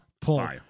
pull